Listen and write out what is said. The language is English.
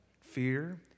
fear